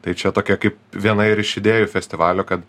tai čia tokia kaip viena ir iš idėjų festivalio kad